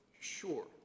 Sure